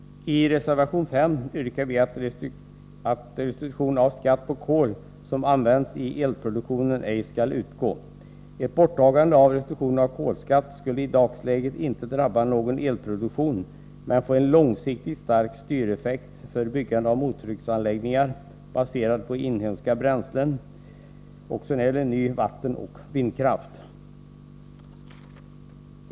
I reservation 5 yrkar vi att restitution av skatt på kol som används i elproduktion ej skall utgå. Ett borttagande av restitutionen av kolskatt skulle i dagsläget inte drabba någon elproduktion men få en långsiktig, stark styreffekt för byggande av mottrycksanläggningar baserade på inhemska bränslen och ny vattenoch vindkraft.